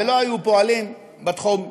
ולא היו פועלים בתחום הנדל"ני.